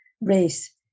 race